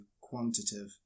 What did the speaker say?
quantitative